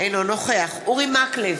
אינו נוכח אורי מקלב,